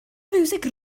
fiwsig